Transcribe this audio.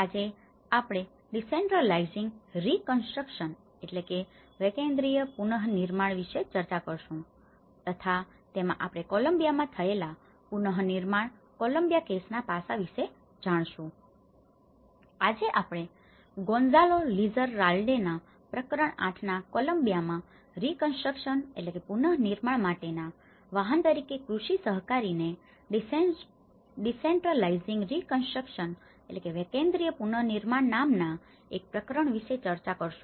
આજે આપણે decentralizing reconstruction decentralizing reconstruction વેકેન્દ્રીય પુનનિર્માણ વિશે ચર્ચા કરીશું તથા તેમાં આપણે કોલમ્બિયામાં થયેલા પુનનિર્માણ કોલમ્બિયા કેસના પાસા વિશે જાણીશું અને આજે આપણે ગોન્ઝાલો લિઝરરાલ્ડેના પ્રકારણ ૮ ના કોલમ્બિયામાં રિકન્સ્ટ્રક્શન reconstruction પુનનિર્માણ માટેના વાહન તરીકે કૃષિ સહકારીને ડિસેન્ટ્રલાઇઝિંગ રિકન્સ્ટ્રક્શન decentralizing reconstruction વેકેન્દ્રીય પુનનિર્માણ નામના એક પ્રકરણ વિશે ચર્ચા કરીશું